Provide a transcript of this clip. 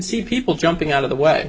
see people jumping out of the way